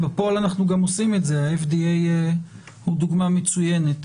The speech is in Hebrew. בפועל אנחנו גם עושים את זה ה-FDA היא דוגמה מצוינת.